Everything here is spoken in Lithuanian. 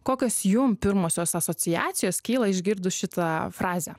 kokios jum pirmosios asociacijos kyla išgirdus šitą frazę